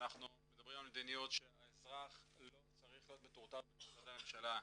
אנחנו מדברים על מדיניות שהאזרח לא צריך להיות מטורטר במשרדי הממשלה.